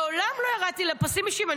מעולם לא ירדתי לפסים אישיים,